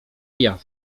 jaw